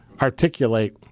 articulate